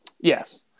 Yes